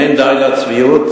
אין די לצביעות?